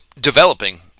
developing